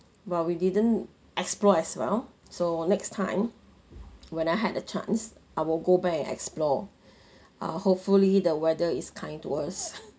while didn't explore as well so next time when I had a chance I will go back and explore ah hopefully the weather is kind to us